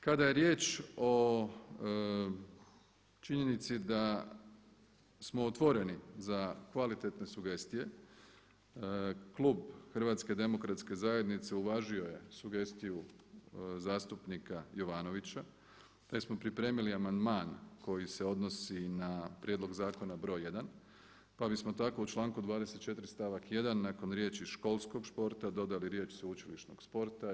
Kada je riječ o činjenici da smo otvoreni za kvalitetne sugestije, Klub Hrvatske demokratske zajednice uvažio je sugestiju zastupnika Jovanovića te smo pripremili amandman koji se odnosi na prijedlog zakona br. 1. Pa bismo tako u članku 24. stavak 1. nakon riječi: „školskog športa“ dodali riječ: „sveučilišnog sporta“